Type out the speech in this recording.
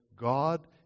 God